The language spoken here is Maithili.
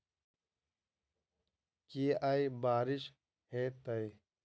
की आय बारिश हेतै?